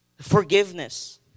forgiveness